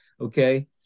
okay